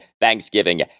Thanksgiving